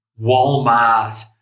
Walmart